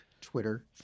Twitter